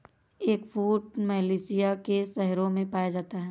eggfruit Malaysia के शहरों में पाया जाता है